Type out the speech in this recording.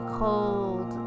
cold